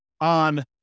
on